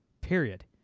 period